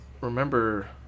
remember